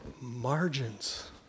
margins